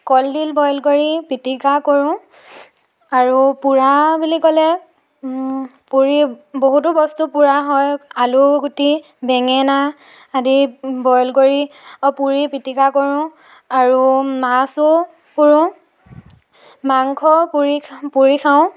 কলডিল বইল কৰি পিটিকা কৰোঁ আৰু পোৰা বুলি ক'লে পুৰি বহুতো বস্তু পোৰা হয় আলুগুটি বেঙেনা আদি বইল কৰি পুৰি পিটিকা কৰোঁ আৰু মাছো পুৰোঁ মাংস পুৰি খা পুৰি খাওঁ